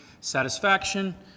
satisfaction